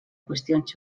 qüestions